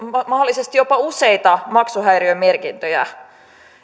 mahdollisesti jopa useita maksuhäiriömerkintöjä